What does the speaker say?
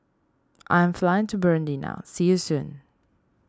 I am flying to Burundi now see you soon